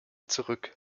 zurück